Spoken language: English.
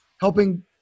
helping